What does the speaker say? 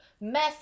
mess